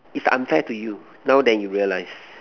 is unfair to you now then you realize